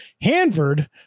hanford